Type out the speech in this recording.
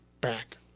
back